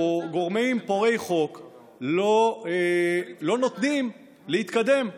גורמים פורעי חוק לא נותנים להתקדם ופוגעים,